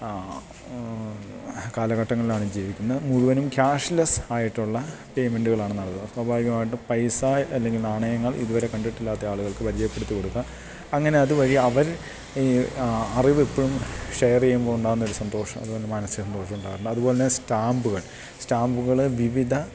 കാലഘട്ടങ്ങളിലാണ് ജീവിക്കുന്നത് മുഴുവനും ക്യാഷ്ലെസ് ആയിട്ടുള്ള പേയ്മെൻറുകളാണ് നടക്കുന്നത് സ്വാഭാവികമായിട്ടും പൈസ അല്ലെങ്കിൽ നാണയങ്ങൾ ഇതുവരെ കണ്ടിട്ടില്ലാത്ത ആളുകൾക്ക് പരിയപ്പെടുത്തി കൊടുക്കാം അങ്ങനെ അതുവഴി അവർ ഈ അറിവ് എപ്പോഴും ഷെയര് ചെയ്യുമ്പോഴുണ്ടാകുന്നൊരു സന്തോഷം അതുപോലെ തന്നെ മാനസിക സന്തോഷം ഉണ്ടാകുന്നു അതുപോലെ തന്നെ സ്റ്റാമ്പുകൾ സ്റ്റാമ്പുകള് വിവിധ